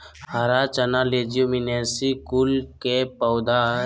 हरा चना लेज्युमिनेसी कुल के पौधा हई